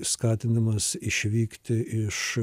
skatinimas išvykti iš